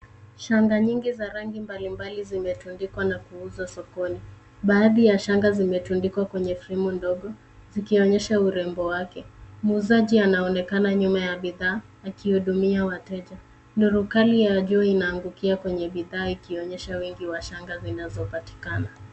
Shanga nyingi za rangi mbali mbali zimetundikwa na kuuzwa sokoni. Baadhi ya shanga zimetundikwa kwenye fremu ndogo zikionyesha urembo wake. Muuzaji anaonekana nyuma ya bidhaa akihudumia wateja. Nuru kali ya juu inaangukia kwenye bidhaa ikionyesha wengi wa shanga zinazopatikana.